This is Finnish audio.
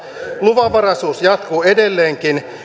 luvanvaraisuus jatkuu edelleenkin